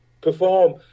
perform